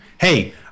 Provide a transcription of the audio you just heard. hey